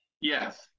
Yes